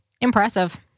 impressive